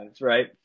right